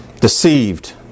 deceived